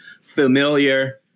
familiar